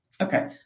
Okay